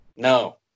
No